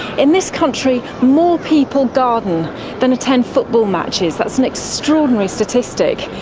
in this country, more people garden than attend football matches, that's an extraordinary statistic,